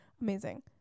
amazing